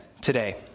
today